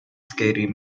scary